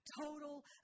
total